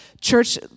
church